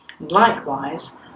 Likewise